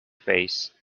face